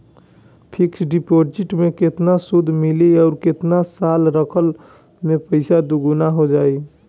Fix deposit मे केतना सूद मिली आउर केतना साल रखला मे पैसा दोगुना हो जायी?